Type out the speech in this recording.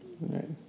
Right